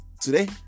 today